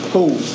Cool